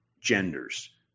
genders